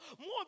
more